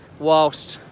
whilst